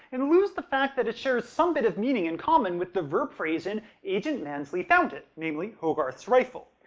and lose the fact that it shares some bit of meaning in common with the verb phrase in agent mansley found it namely, hogarth's rifle!